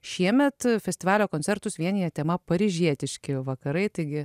šiemet festivalio koncertus vienija tema paryžietiški vakarai taigi